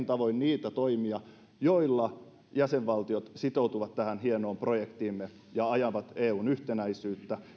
tavoin niitä toimia joilla jäsenvaltiot sitoutuvat tähän hienoon projektiimme ja ajavat eun yhtenäisyyttä